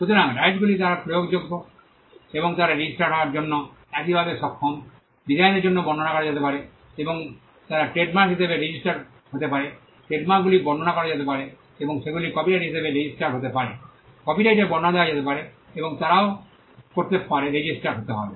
সুতরাং রাইটসগুলি তারা প্রয়োগযোগ্য এবং তারা রেজিস্টার্ড হওয়ার জন্য একইভাবে সক্ষম ডিজাইনের জন্য বর্ণনা করা যেতে পারে এবং তারা ট্রেডমার্ক হিসাবে রেজিস্টার্ড হতে পারে ট্রেডমার্কগুলি বর্ণনা করা যেতে পারে এবং সেগুলি কপিরাইট হিসাবে রেজিস্টার্ড হতে পারে কপিরাইটের বর্ণনা দেওয়া যেতে পারে এবং তারাও করতে পারে রেজিস্টার্ড হতে হবে